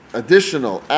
additional